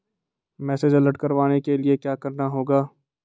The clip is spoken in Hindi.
मैसेज अलर्ट करवाने के लिए क्या करना होगा?